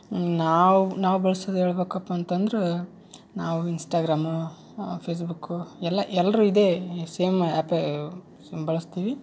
ನಾವು ನಾವು ಬಳ್ಸೋದು ಹೇಳ್ಬಕಪ್ಪ ಅಂತಂದ್ರೆ ನಾವು ಇನ್ಸ್ಟಾಗ್ರಾಮು ಫೇಸ್ಬುಕ್ಕು ಎಲ್ಲ ಎಲ್ಲರೂ ಇದೇ ಸೇಮ್ ಆ್ಯಪೇ ಬಳಸ್ತೀವಿ